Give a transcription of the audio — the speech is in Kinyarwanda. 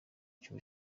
cy’u